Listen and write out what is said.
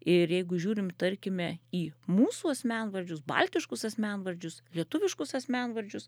ir jeigu žiūrim tarkime į mūsų asmenvardžius baltiškus asmenvardžius lietuviškus asmenvardžius